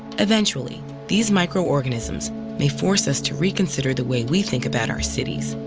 eventually, these microorganisms may force us to reconsider the way we think about our cities,